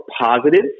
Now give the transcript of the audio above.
positive